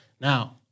Now